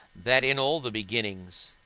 that in all the beginnings,